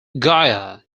gaya